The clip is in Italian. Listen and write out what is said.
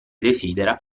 desidera